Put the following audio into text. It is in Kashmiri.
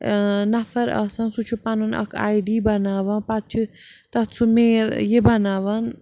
نفر آسان سُہ چھُ پَنُن اَکھ آی ڈی بَناوان پَتہٕ چھِ تَتھ سُہ میل یہِ بَناوان